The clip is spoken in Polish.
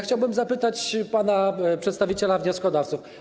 Chciałbym zapytać przedstawiciela wnioskodawców.